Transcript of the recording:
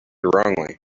wrongly